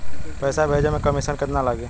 पैसा भेजे में कमिशन केतना लागि?